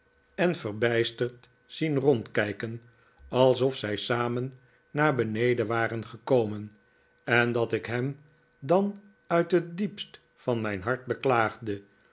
en verbijsterd zien rondkijken alsof zij samen naar beneden waren gekomen en dat ik hem dan uit het diepst van mijn hart beklaagde